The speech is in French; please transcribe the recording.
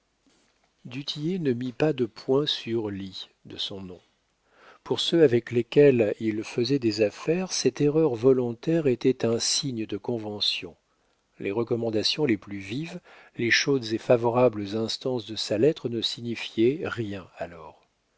tillet ne mit pas de point sur l'i de son nom pour ceux avec lesquels il faisait des affaires cette erreur volontaire était un signe de convention les recommandations les plus vives les chaudes et favorables instances de sa lettre ne signifiaient rien alors